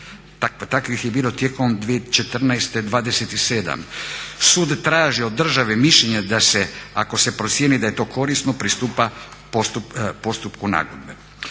takvih je bilo tijekom 2014. 27, sud traži od države mišljenje da se ako se procijeni da je to korisno pristupa postupku nagodbe.